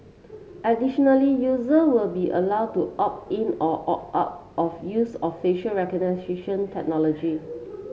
additionally user will be allow to opt in or opt out of use of facial recognition technology